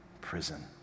prison